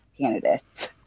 candidates